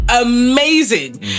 amazing